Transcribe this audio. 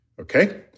okay